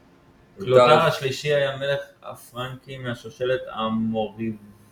כלותאר השלישי היה מלך הפרנקים מהשושלת המרובינגית,